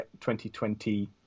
2020